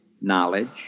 knowledge